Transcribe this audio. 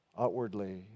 Outwardly